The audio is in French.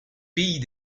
pays